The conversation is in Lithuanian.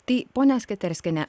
tai ponia sketerskiene